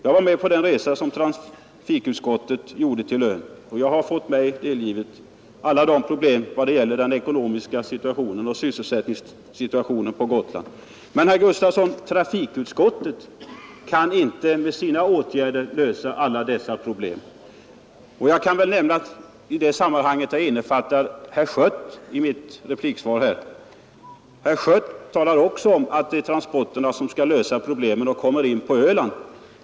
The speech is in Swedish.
Jag var med på den resa trafikutskottet gjorde till ön, och jag har delgivits alla problemen med den ekonomiska situationen och sysselsättningssituationen på Gotland. Men, herr Gustafson, trafikutskottet kan inte med sina åtgärder lösa alla dessa problem. Herr Schött talar också om att det är transporterna som skall lösa problemen, och så kommer han in på Öland.